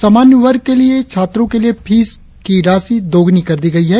सामान्य वर्ग के छात्रों के लिए फीस की राशि दोगुनी कर दी गई है